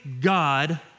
God